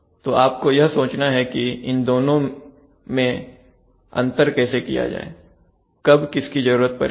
तो आपको यह सोचना है कि इन दोनों में अंतर कैसे किया जाए कब किस की जरूरत पड़ती है